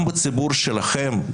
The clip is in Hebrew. גם בציבור שלכם,